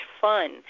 fun